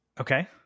Okay